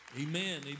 amen